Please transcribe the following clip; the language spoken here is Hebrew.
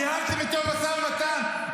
ניהלתם איתו משא ומתן,